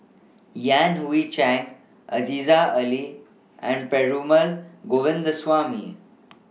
Yan Hui Chang Aziza Ali and Perumal Govindaswamy